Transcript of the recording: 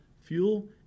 fuel